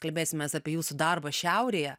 kalbėsimės apie jūsų darbas šiaurėje